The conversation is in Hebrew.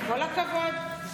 כל הכבוד.